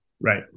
Right